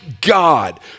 God